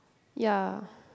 ya